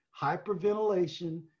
Hyperventilation